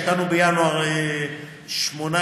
השקענו בינואר 2017,